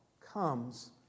comes